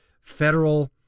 federal